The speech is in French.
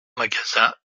magasin